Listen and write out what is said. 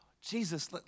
Jesus